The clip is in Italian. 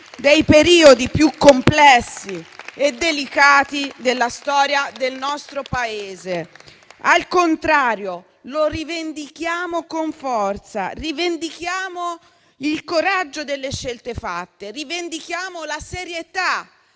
dei periodi più complessi e delicati della storia del nostro Paese. Al contrario, lo rivendichiamo con forza. Rivendichiamo il coraggio delle scelte fatte. Rivendichiamo la serietà